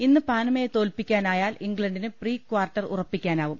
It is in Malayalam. ഇന്ന് പനമയെ തോൽപ്പിക്കാനായാൽ ഇംഗ്ലണ്ടിന് പ്രീ ക്വാർട്ടർ ഉറപ്പിക്കാനാവും